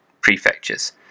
prefectures